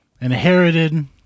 Inherited